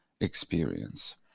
experience